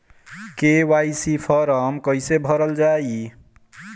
KYC form कइसे भरल जाइ?